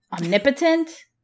omnipotent